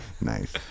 Nice